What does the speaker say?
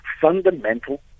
fundamental